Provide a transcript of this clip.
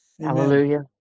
Hallelujah